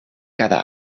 cada